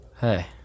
Hey